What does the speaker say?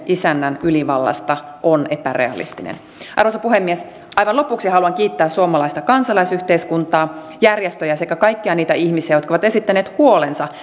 isännän ylivallasta on epärealistinen arvoisa puhemies aivan lopuksi haluan kiittää suomalaista kansalaisyhteiskuntaa järjestöjä sekä kaikkia niitä ihmisiä jotka ovat esittäneet huolensa